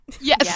yes